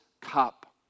cup